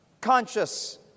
conscious